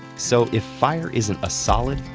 so if fire isn't a solid,